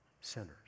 sinners